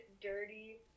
dirty